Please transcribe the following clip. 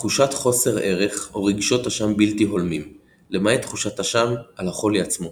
תחושת חוסר ערך או רגשות אשם בלתי הולמים למעט תחושת אשם על החולי עצמו.